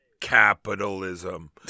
Capitalism